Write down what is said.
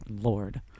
lord